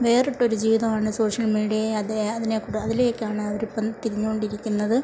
വേറിട്ട ഒരു ജീവിതം ആണ് സോഷ്യൽ മീഡിയ അതെ അതിനെ കൂടാ അതിലേക്കാണ് അവർ ഇപ്പം തിരിഞ്ഞുകൊണ്ടിരിക്കുന്നത്